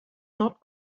not